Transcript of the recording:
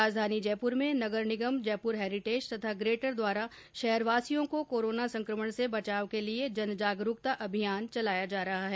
राजधानी जयपुर में नगर निगम जयपुर हैरिटेज तथा ग्रेटर द्वारा शहरवासियों को कोरोना संक्रमण से बचाव के लिये जनजागरूकता अभियान चलाया जा रहा है